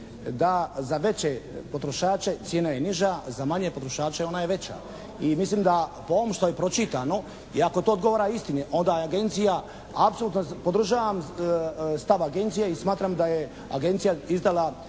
da za veće potrošače cijena je niža, za manje potrošače ona je veća. I mislim da po ovom što je pročitano i ako to odgovara istini onda je Agencija, apsolutno podržavam stav Agencije i smatram da je Agencija izdala